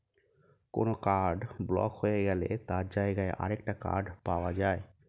কোনো card block হয়ে গেলে তার জায়গায় আরেকটা কার্ড পাওয়া যায়